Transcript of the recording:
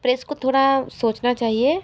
press को थोड़ा सोचना चाहिए